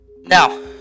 Now